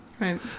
Right